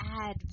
add